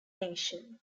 nation